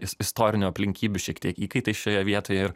is istorinių aplinkybių šiek tiek įkaitai šioje vietoje ir